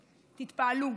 תתפעלו,